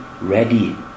ready